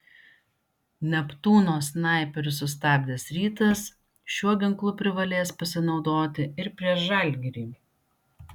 neptūno snaiperius sustabdęs rytas šiuo ginklu privalės pasinaudoti ir prieš žalgirį